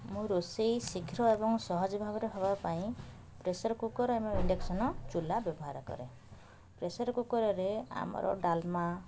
ମୁଁ ରୋଷେଇ ଶୀଘ୍ର ଏବଂ ସହଜ ଭାବରେ ହେବା ପାଇଁ ପ୍ରେସର୍ କୁକର୍ ଏବଂ ଇଣ୍ଡକ୍ସନ୍ ଚୁଲା ବ୍ୟବହାର କରେ ପ୍ରେସର୍ କୁକର୍ରେ ଆମର ଡାଲମା